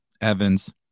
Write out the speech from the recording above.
Evans